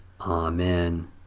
Amen